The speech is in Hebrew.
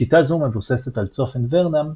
שיטה זו המבוססת על צופן ורנם,